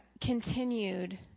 continued